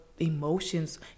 emotions